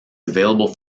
available